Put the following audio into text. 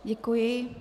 Děkuji.